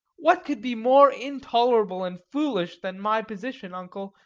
what could be more intolerable and foolish than my position, uncle,